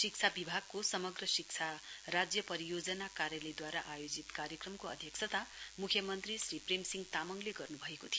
शिक्षा विभागको समाग्र शिक्षाराज्य परियोजना कार्यालयदूवारा आयोजित कार्यक्रमको अध्यक्षता मुख्यमन्त्री श्री प्रेमसिंह तामाङले गर्नुभएको थियो